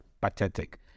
pathetic